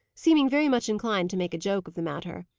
seeming very much inclined to make a joke of the matter.